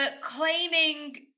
claiming